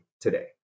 today